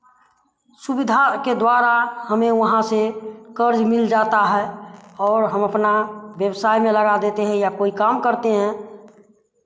सुविधा के द्वारा हमे वहाँ से क़र्ज़ मिल जाता है और हम अपना व्यवसाय में लगा देते हैं या कोई काम करते हैं